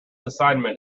assignment